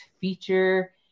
feature